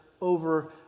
over